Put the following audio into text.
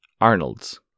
Arnold's